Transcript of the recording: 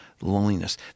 loneliness